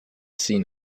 seen